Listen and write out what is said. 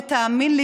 ותאמין לי,